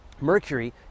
Mercury